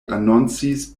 anoncis